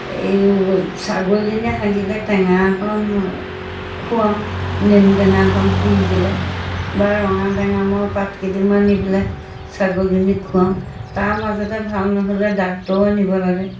এই ছাগলজনী হাগিলে টেঙা অকণ খুৱাওঁ নেমু টেঙা অকণ পুৰি পেলাই বা ৰঙা টেঙামৰা পাতকেইটামান নি পেলাই ছাগলজনীক খুৱাওঁ তাৰ মাজতে ভাল নহ'লে ডাক্তৰো আনিব লাগে